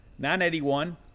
981